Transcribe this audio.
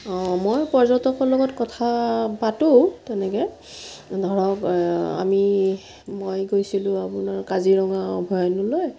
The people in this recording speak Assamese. অঁ মই পৰ্যটকৰ লগত কথা পাতোঁ তেনেকে ধৰক আমি মই গৈছিলোঁ আপোনাৰ কাজিৰঙা অবয়াৰণ্যলৈ